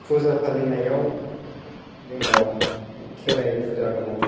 फुजा फालिनायाव जोंनाव खेराइ फुजा दङ